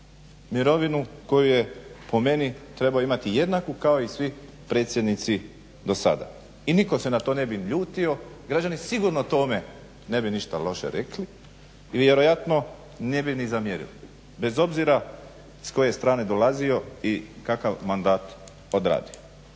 mirovinu koju je po meni trebao imati jednaku kao i svi predsjednici do sada. i nitko se na to ne bi ljutio, građani sigurno o tome ne bi ništa loše rekli i vjerojatno ne bi ni zamjerili. Bez obzira s koje strane dolazio i kakav mandat odradio.